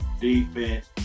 defense